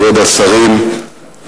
כבוד השרים,